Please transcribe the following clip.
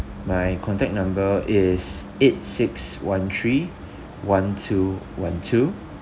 my contact number is eight six one three one two one two